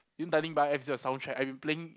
you know dining bar F is a soundtrack I've been playing